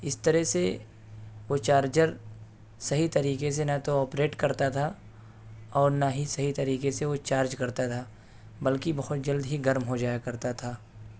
اس طرح سے وہ چارجر صحیح طریقے سے نہ تو آپریٹ کرتا تھا اور نہ ہی صحیح طریقے سے وہ چارج کرتا تھا بلکہ بہت جلد ہی گرم ہو جایا کرتا تھا